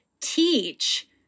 teach